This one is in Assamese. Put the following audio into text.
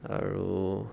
আৰু